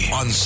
on